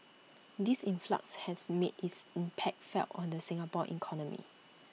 this influx has made its impact felt on the Singapore economy